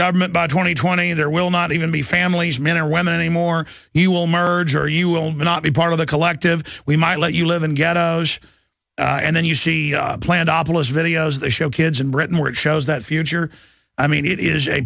government by twenty twenty there will not even be families men or women anymore he will merge or you will not be part of the collective we might let you live in ghettos and then you see planned to show kids in britain where it shows that future i mean it is a